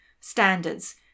Standards